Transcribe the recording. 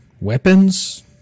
weapons